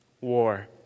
war